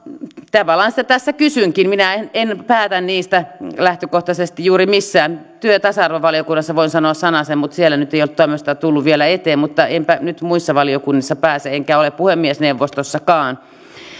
tavallaan sitä tässä kysynkin minä en en päätä niistä lähtökohtaisesti juuri missään työ ja tasa arvovaliokunnassa voin sanoa sanasen mutta siellä ei nyt ole tämmöistä tullut vielä eteen mutta enpä nyt muissa valiokunnissa pääse sanomaan enkä ole puhemiesneuvostossakaan